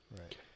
right